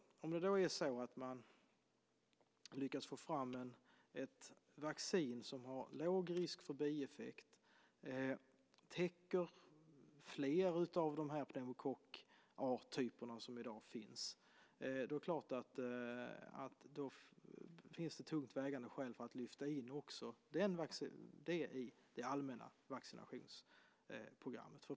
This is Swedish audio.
Om man lyckas få fram ett vaccin som har låg risk för bieffekt, täcker flera av pneumokocktyperna som i dag finns, finns det tungt vägande skäl för att lyfta in det vaccinet i det allmänna vaccinationsprogrammet.